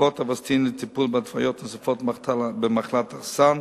התרופה "אווסטין" לטיפול בהתוויות נוספות במחלת הסרטן